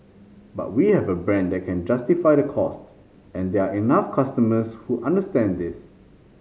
but we have a brand that can justify that cost and there are enough customers who understand this